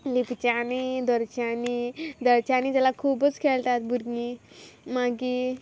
लिपच्यांनी धरच्यांनी धरच्यांनी जाल्यार खुबूच खेळटात भुरगीं मागीर